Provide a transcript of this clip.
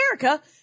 America